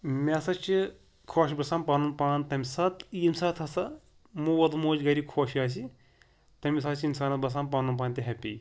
مےٚ ہَسا چھِ خۄش گژھان پَنُن پان تَمہِ ساتہٕ ییٚمہِ ساتہٕ ہَسا مول تہٕ موج گَرِ خۄش آسہِ تَمہِ ساتہٕ چھِ اِنسانَس باسان پَنُن پان تہِ ہٮ۪پی